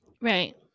right